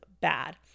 bad